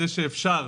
זה שאפשר,